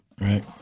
right